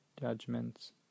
judgments